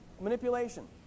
manipulation